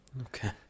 okay